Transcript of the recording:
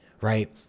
right